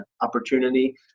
opportunity